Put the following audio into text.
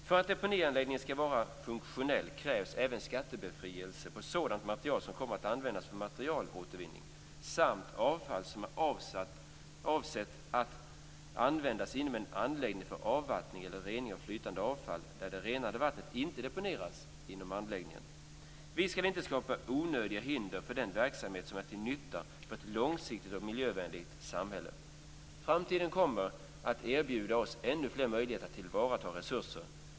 För att deponianläggningen skall vara funktionell krävs även skattebefrielse på sådant material som kommer att användas för materialåtervinning samt avfall som är avsett att användas inom en anläggning för avvattning eller rening av flytande avfall där det renade vattnet inte deponeras inom anläggningen. Vi skall inte skapa onödiga hinder för den verksamhet som är till nytta för ett långsiktigt och miljövänligt samhälle. Framtiden kommer att erbjuda oss ännu fler möjligheter att tillvarata resurser.